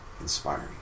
inspiring